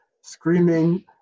screaming